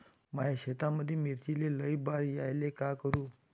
माया शेतामंदी मिर्चीले लई बार यायले का करू?